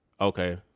okay